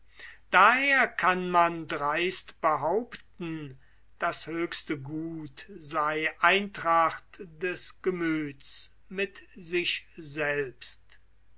daher kann man dreist behaupten das höchste gut sei eintracht des gemüths mit sich selbst